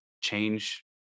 change